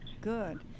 Good